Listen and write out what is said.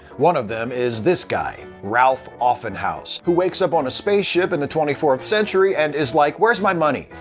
one of them is this guy, ralph offenhouse, who wakes up on a spaceship in the twenty fourth century and is like where's my money?